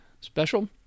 special